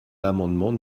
l’amendement